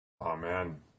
Amen